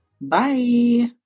Bye